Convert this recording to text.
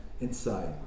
inside